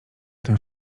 ten